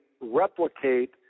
replicate